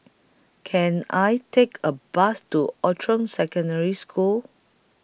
Can I Take A Bus to Outram Secondary School